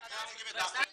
--- אתה חולק עליו?